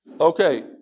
Okay